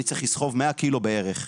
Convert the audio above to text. אני צריך לסחוב 100 קילו בערך.